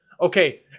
Okay